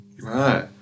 Right